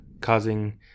causing